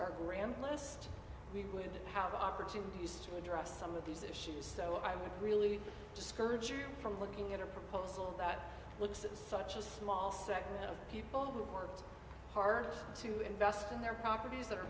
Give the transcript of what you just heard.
grant list we would have opportunities to address some of these issues so i would really discourage you from looking at a proposal that looks at such a small segment of people who worked hard to invest in their properties that are